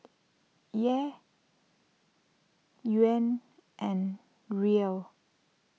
Kyat Yuan and Riel